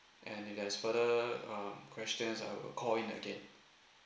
and if there's further um questions I will call in again